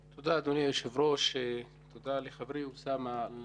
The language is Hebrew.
תודה, אדוני היושב ראש, תודה לחברי אוסאמה על